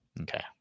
Okay